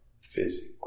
physically